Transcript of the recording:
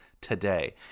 today